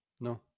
No